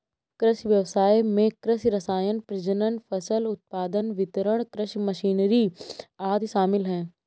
कृषि व्ययसाय में कृषि रसायन, प्रजनन, फसल उत्पादन, वितरण, कृषि मशीनरी आदि शामिल है